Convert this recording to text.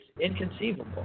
inconceivable